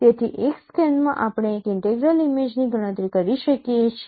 તેથી એક સ્કેનમાં આપણે એક ઇન્ટેગ્રલ ઇમેજની ગણતરી કરી શકીએ છીએ